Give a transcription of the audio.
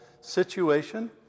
situation